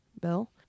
bill